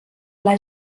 pla